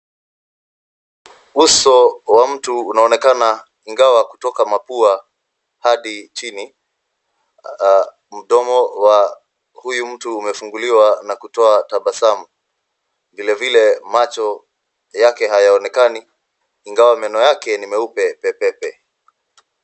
Uso wa mtu unaonekana ingawa kutoka mapua hadi chini. Mdomo wa huyu mtu umefunguliwa na kutoa tabasamu. Vilevile macho yake hayaonekani ingawa meno yake ni meupe pepepe.